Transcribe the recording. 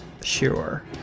Sure